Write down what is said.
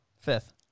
Fifth